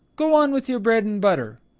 go on with your bread and butter.